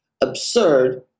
absurd